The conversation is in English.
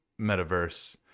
metaverse